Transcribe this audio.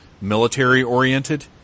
military-oriented